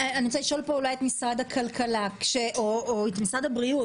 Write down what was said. אני רוצה לשאול אולי את משרד הכלכלה או את משרד הבריאות.